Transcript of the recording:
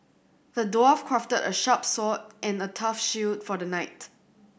the dwarf crafted a sharp sword and a tough shield for the knight